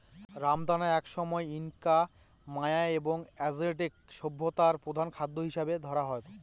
রামদানা একসময় Inca, Maya এবং অ্যাজটেক সভ্যতায় প্রধান খাদ্য হিসাবে ধরা হত